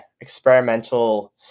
experimental